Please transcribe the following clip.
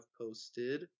posted